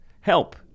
help